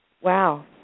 Wow